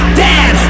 dead